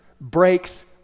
breaks